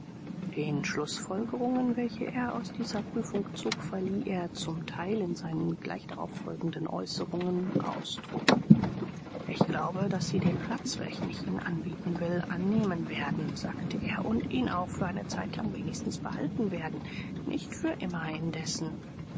den schlußfolgerungen welche er aus dieser prüfung zog verlieh er zum teil in seinen gleich darauf folgenden äußerungen ausdruck ich glaube daß sie den platz welchen ich ihnen anbieten will annehmen werden sagte er und ihn auch für eine zeitlang wenigstens behalten werden nicht für immer indessen